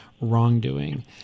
wrongdoing